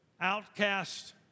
outcast